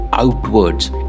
outwards